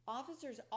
Officers